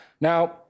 Now